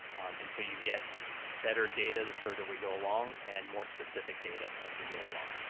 and so you get better data the further we go along and more specific data as we go along.